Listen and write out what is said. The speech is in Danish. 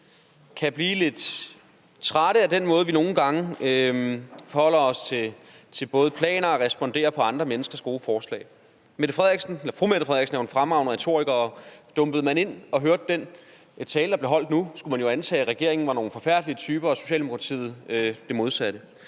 kan blive lidt trætte af den måde, vi nogle gange både forholder os til planer og responderer på andre menneskers gode forslag på. Fru Mette Frederiksen er en fremragende retoriker, og dumpede man ind og hørte den tale, der blev holdt nu, ville man jo antage, at regeringen var nogle forfærdelige typer og Socialdemokratiet var det modsatte.